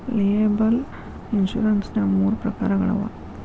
liable insurance ನ್ಯಾಗ್ ಮೂರ ಪ್ರಕಾರಗಳವ